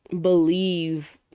believe